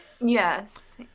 Yes